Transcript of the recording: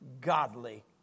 godly